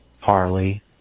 Harley